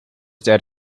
that